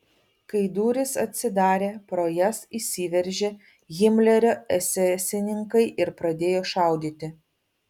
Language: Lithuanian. kai durys atsidarė pro jas įsiveržė himlerio esesininkai ir pradėjo šaudyti